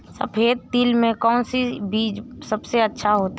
सफेद तिल में कौन सा बीज सबसे अच्छा होता है?